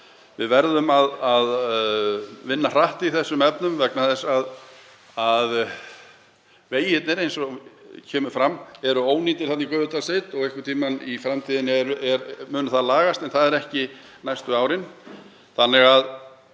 Við verðum að vinna hratt í þessum efnum vegna þess að vegirnir, eins og kemur fram, eru ónýtir þarna í Gufudalssveit. Einhvern tímann í framtíðinni mun það lagast en það er ekki næstu árin